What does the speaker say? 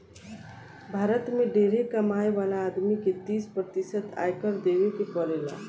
भारत में ढेरे कमाए वाला आदमी के तीस प्रतिशत आयकर देवे के पड़ेला